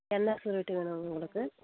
என்ன ஷியூரிட்டி வேணும் உங்களுக்கு